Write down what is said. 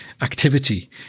activity